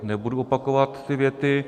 Nebudu opakovat ty věty.